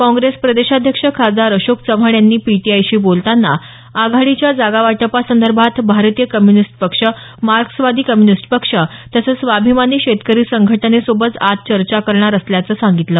काँग्रेस प्रदेशाध्यक्ष खासदार अशोक चव्हाण यांनी पीटीआयशी बोलताना आघाडीच्या जागा वाटपासंदर्भात भारतीय कम्युनिस्ट पक्ष मार्क्सवादी कम्युनिस्ट पक्ष तसंच स्वाभिमानी शेतकरी संघटनेसोबत आज चर्चा करणार असल्याचं सांगितलं